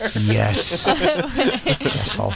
Yes